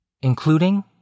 including